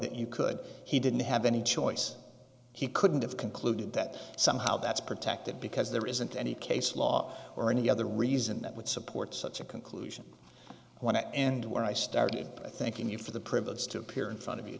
that you could he didn't have any choice he couldn't have concluded that somehow that's protected because there isn't any case law or any other reason that would support such a conclusion i want to end where i started thanking you for the privilege to appear in front of you